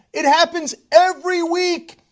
it happens every week.